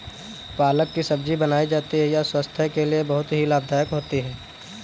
पालक की सब्जी बनाई जाती है यह स्वास्थ्य के लिए बहुत ही लाभदायक होती है